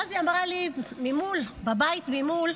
ואז היא אמרה לי שבבית ממול,